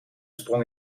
sprong